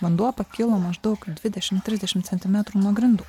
vanduo pakilo maždaug dvidešimt trisdešimt centimetrų nuo grindų